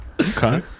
Okay